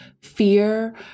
fear